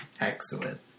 Excellent